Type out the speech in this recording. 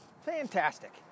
Fantastic